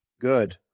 Good